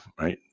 right